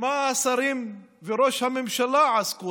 במה השרים וראש הממשלה עסקו?